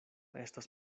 estas